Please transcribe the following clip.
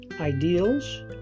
ideals